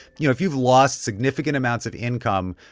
you know, if you've lost significant amounts of income,